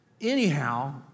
Anyhow